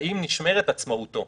האם נשמרת עצמאותו.